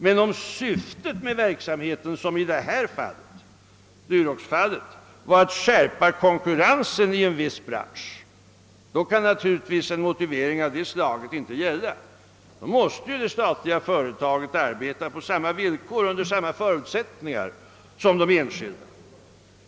Men om syftet med verksamheten som i fallet Durox är att skärpa konkurrensen i en viss bransch kan en motivering av det slaget givetvis inte gälla. Då måste ju det statliga företaget arbeta på samma villkor och under samma förutsättningar som de enskilda.